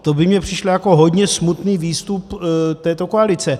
To by mně přišlo jako hodně smutný výstup této koalice.